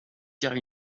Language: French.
car